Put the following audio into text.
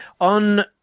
on